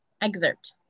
excerpt